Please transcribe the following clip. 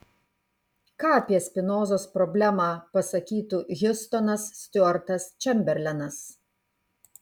ką apie spinozos problemą pasakytų hiustonas stiuartas čemberlenas